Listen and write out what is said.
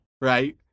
right